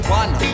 one